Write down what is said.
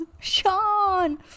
Sean